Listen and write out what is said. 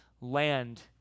land